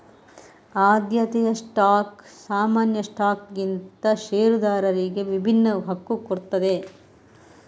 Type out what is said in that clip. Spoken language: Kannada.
ಆದ್ಯತೆಯ ಸ್ಟಾಕ್ ಸಾಮಾನ್ಯ ಸ್ಟಾಕ್ಗಿಂತ ಷೇರುದಾರರಿಗೆ ವಿಭಿನ್ನ ಹಕ್ಕು ಕೊಡ್ತದೆ